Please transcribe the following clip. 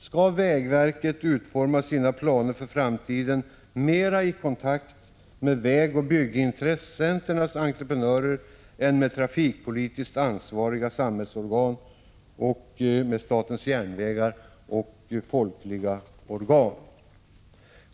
Skall vägverket utforma sina planer för framtiden mera i kontakt med vägoch byggentreprenörer än med trafikpolitiskt ansvariga samhällsorgan, med statens järnvägar och med folkliga organisationer?